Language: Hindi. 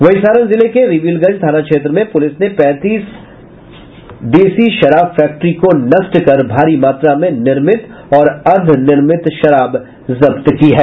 वहीं सारण जिले के रिविलगंज थाना क्षेत्र में पुलिस ने पैंतीस देशी शराब फैक्ट्री को नष्ट कर भारी मात्रा में निर्मित और अर्द्धनिर्मित शराब जब्त किया है